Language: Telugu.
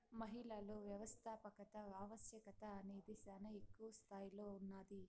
మహిళలలో వ్యవస్థాపకత ఆవశ్యకత అనేది శానా ఎక్కువ స్తాయిలో ఉన్నాది